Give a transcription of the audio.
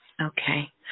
Okay